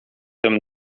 tym